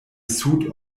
sud